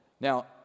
Now